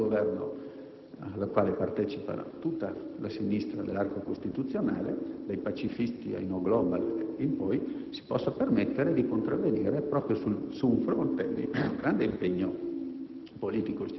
strano che un Governo al quale partecipa tutta la sinistra dell'arco costituzionale (dai pacifisti ai *no global* in poi) possa permettersi di contravvenire proprio su un fronte di grande sforzo